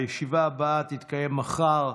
הישיבה הבאה תתקיים מחר,